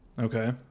Okay